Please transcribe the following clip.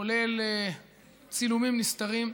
כולל צילומים נסתרים,